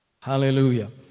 Hallelujah